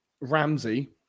ramsey